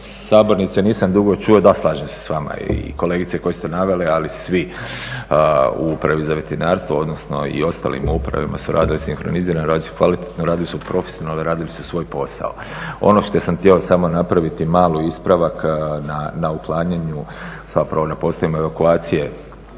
Sabornice nisam dugo čuo, da slažem se sa vama. I kolegice koje ste naveli ali i svi u Upravi za veterinarstvo, odnosno i ostalim upravama su radile sinkronizirano, radili su kvalitetno, radili su profesionalno, radili su svoj posao. Ono što sam htio samo napraviti mali ispravak, na uklanjanju, zapravo na poslovima evakuacije